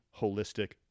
holistic